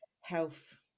health